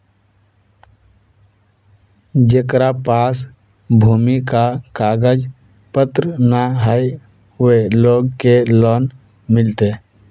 जेकरा पास भूमि का कागज पत्र न है वो लोग के लोन मिलते?